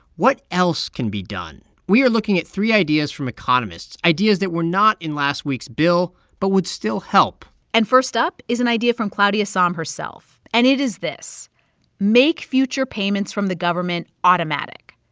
what else can be done? we are looking at three ideas from economists ideas that were not in last week's bill but would still help and first up is an idea from claudia sahm herself, and it is this make future payments from the government automatic.